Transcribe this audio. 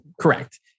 Correct